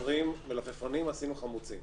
חבר'ה, אם מדברים, ממלפפונים עשינו חמוצים.